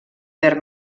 ver